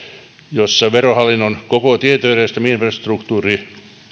jossa verohallinnon koko tietojärjestelmä ja infrastruktuuri